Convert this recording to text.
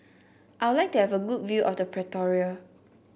I would like to have a good view of Pretoria